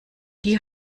die